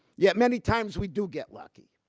yet many times we do get lucky.